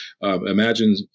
imagine